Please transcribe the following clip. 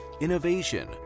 innovation